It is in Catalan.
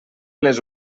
les